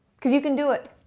because you can do it!